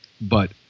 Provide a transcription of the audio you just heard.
But-